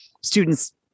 students